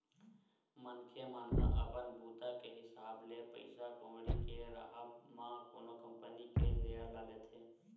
मनखे मन ह अपन बूता के हिसाब ले पइसा कउड़ी के राहब म कोनो कंपनी के सेयर ल लेथे